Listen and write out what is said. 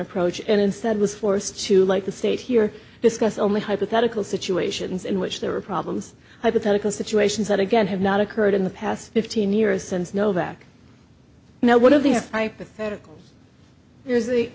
approach and instead was forced to like the state here discuss only hypothetical situations in which there are problems hypothetical situations that again have not occurred in the past fifteen years since nowak now one of these hypotheticals there's the